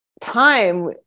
time